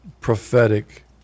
prophetic